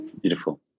beautiful